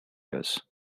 years